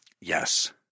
Yes